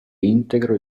integro